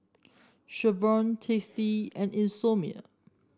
Revlon Tasty and Isomil